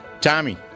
Tommy